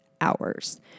hours